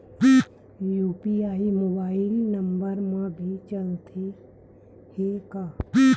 UPI mobile number मा भी चलते हे का?